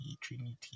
Trinity